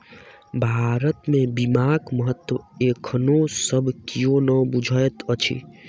भारत मे बीमाक महत्व एखनो सब कियो नै बुझैत अछि